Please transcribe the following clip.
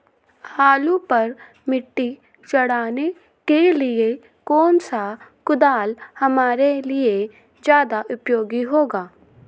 आलू पर मिट्टी चढ़ाने के लिए कौन सा कुदाल हमारे लिए ज्यादा उपयोगी होगा?